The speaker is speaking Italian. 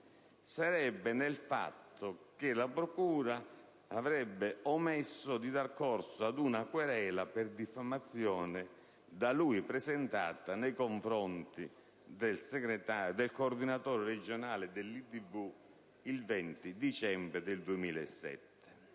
ravvisato nel fatto che la procura avrebbe omesso di dare corso ad una querela per diffamazione da lui presentata nei confronti del coordinatore regionale dell'IdV il 20 dicembre 2007.